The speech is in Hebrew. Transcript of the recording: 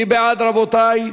מי בעד, רבותי,